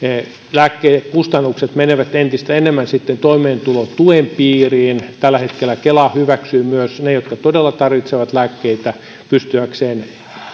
lääkekustannukset menevät entistä enemmän sitten toimeentulotuen piiriin tällä hetkellä kela hyväksyy myös ne jotka todella tarvitsevat lääkkeitä pystyäkseen